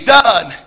done